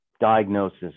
diagnosis